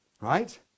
right